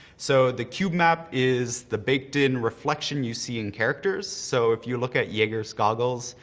so the cube map is the baked in reflection you see in characters. so if you look at jager's goggles,